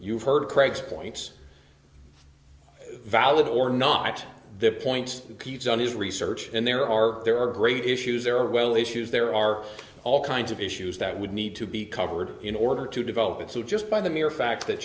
you've heard craig's points valid or not the point keeps on his research and there are there are great issues there are well issues there are all kinds of issues that would need to be covered in order to develop it so just by the mere fact that